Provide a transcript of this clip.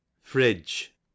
Fridge